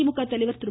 திமுக தலைவர் திரு